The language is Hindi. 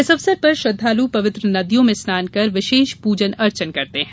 इस अवसर पर श्रद्वालु पवित्र नदियों में स्नान कर विशेष पूजन अर्चन करते हैं